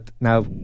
Now